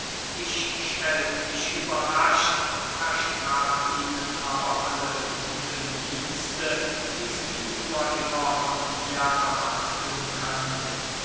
ich stellte mich überrascht versprach ihnen aber alle gute dienste die sie nur immer von mir erwarten könnten